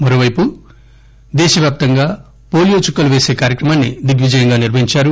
మరోవైపు దేశవ్యాప్తంగా ఏోలీయో చుక్కలు వేసే కార్యక్రమాన్ని దిగ్విజయంగా నిర్వహించారు